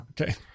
Okay